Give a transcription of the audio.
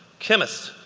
chemists,